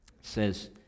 says